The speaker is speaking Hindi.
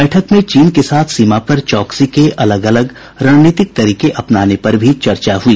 बैठक में चीन के साथ सीमा पर चौकसी के अलग अलग रणनीतिक तरीके अपनाने पर भी चर्चा हुई